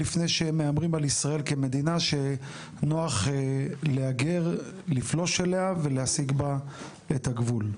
לפני שהם מהמרים על ישראל כמדינה שנוח לפלוש אליה ולהסיג בה את הגבול.